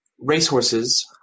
Racehorses